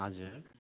हजुर